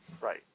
Right